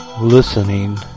listening